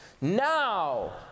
Now